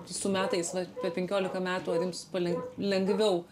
su metais va per penkiolika metų ar jums palen lengviau